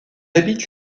habite